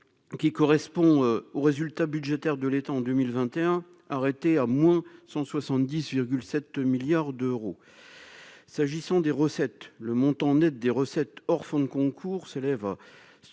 qui correspond au résultat budgétaire de l'État en 2021 arrêtées à moins 170 7 milliards d'euros, s'agissant des recettes le montant Net des recettes hors fonds de concours s'élève à